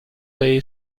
say